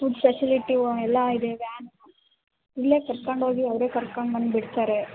food ಫೆಸಿಲಿಟಿಯು ಎಲ್ಲ ಇದೆ ವ್ಯಾನು ಇಲ್ಲೇ ಕರ್ಕೊಂಡೋಗಿ ಅವರೇ ಕರ್ಕಂಡ್ಬಂದು ಬಿಡ್ತಾರೆ